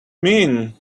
mean